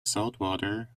saltwater